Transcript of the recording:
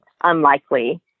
unlikely